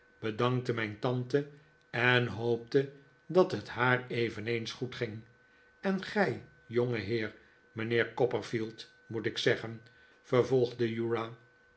bedankte mijn tante en hoopte dat het haar eveneens goed ging en gij jongeheer mijnheer copperfield moet ik zeggen vervolgde